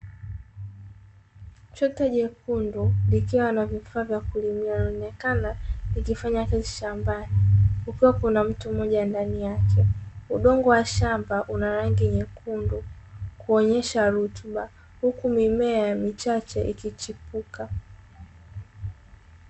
Trekta jekundu likiwa na vifaa vya kulimia likionekana likifanya kazi shambani likiwa na mtu mmoja ndani yake, udongo wa shamba una rangi nyekundu kuonesha rutuba. Huku mimea michache ikichipuka.